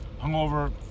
Hungover